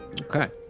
Okay